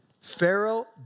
Pharaoh